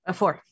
four